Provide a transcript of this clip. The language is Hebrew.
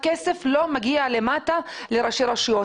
הכסף לא מגיע למטה לראשי רשויות.